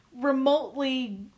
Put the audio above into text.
remotely